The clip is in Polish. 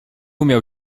umiał